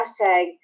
hashtag